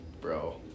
bro